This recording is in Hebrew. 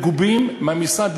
מגובים מהמשרד,